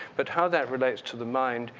but how that relates to the mind,